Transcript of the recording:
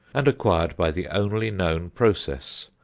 and acquired by the only known process,